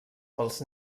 pels